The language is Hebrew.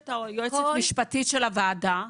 נמצאת היועצת המשפטית של הוועדה.